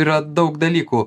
yra daug dalykų